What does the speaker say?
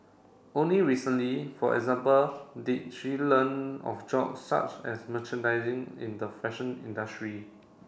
only recently for example did she learn of job such as merchandising in the fashion industry